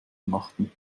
übernachten